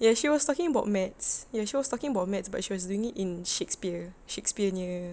ya she was talking about maths ya she was talking about maths but she was doing it in shakespeare shakespeare nya